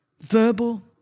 verbal